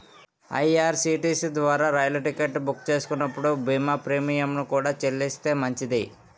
IRCTC ద్వారా రైలు ticket book చేస్తున్నప్పుడు బీమా ప్రీమియంను కూడా చెల్లిస్తే మంచిది